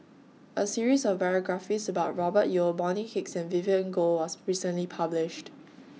A series of biographies about Robert Yeo Bonny Hicks and Vivien Goh was recently published